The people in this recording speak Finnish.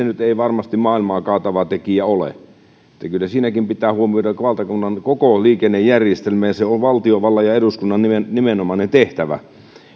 nyt ei varmasti maailmaa kaatava tekijä ole kyllä siinäkin pitää huomioida valtakunnan koko liikennejärjestelmä ja se on valtiovallan ja eduskunnan nimenomainen tehtävä